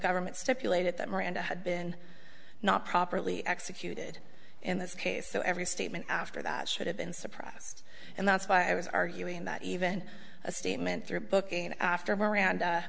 government stipulated that miranda had been not properly executed in this case so every statement after that should have been suppressed and that's why i was arguing that even a statement through a booking after